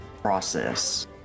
process